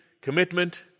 commitment